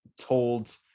told